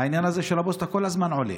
העניין הזה של הפוסטה כל הזמן עולה,